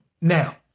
Now